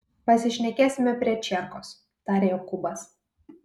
pasišnekėsime prie čierkos tarė jokūbas